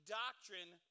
doctrine